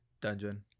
dungeon